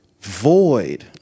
void